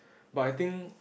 but I think